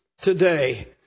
today